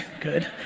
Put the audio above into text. Good